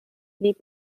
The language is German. blieb